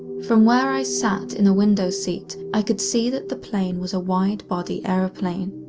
from where i sat in a window seat, i could see that the plane was a wide-body airplane.